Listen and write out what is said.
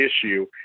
issue